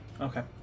Okay